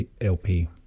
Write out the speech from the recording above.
LP